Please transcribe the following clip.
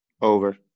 Over